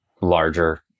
larger